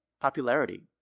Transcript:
Popularity